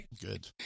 good